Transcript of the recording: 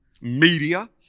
media